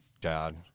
dad